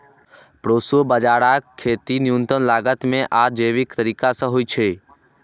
proso बाजाराक खेती न्यूनतम लागत मे आ जैविक तरीका सं होइ छै